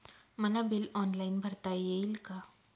मला bill online भरता येईल का?